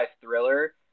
thriller